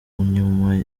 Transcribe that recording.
nyuma